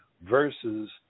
versus